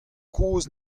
kozh